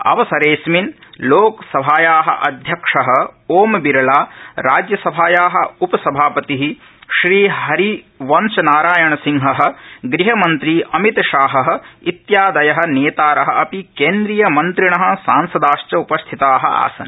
अवसरेअस्मिन् लोकसभायाः अध्यक्षः ओम् बिरला राज्यसभायाः उपसभापतिः हरिवंश नारायणसिंह गृहमन्त्री अमितशाहः इत्यादयः नेतारः अपि केन्द्रियमन्त्रिणः सांसदाश्च उपस्थिताः आसन्